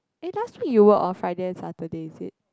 eh last week you work on Friday and Saturday is it